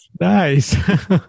nice